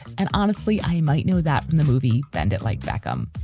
and honestly, i might know that from the movie bend it like beckham.